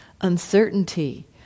uncertainty